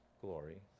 glory